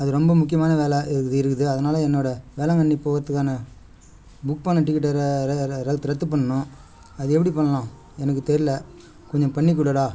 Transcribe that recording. அது ரொம்ப முக்கியமான வேலை இருக்கு இருக்குது அதனால் என்னோடய வேளாங்கண்ணி போகிறத்துக்கான புக் பண்ண டிக்கெட்டை ர ர ர ரத்து ரத்து பண்ணணும் அது எப்படி பண்ணணும் எனக்கு தெரியல கொஞ்சம் பண்ணிக்கொடுடா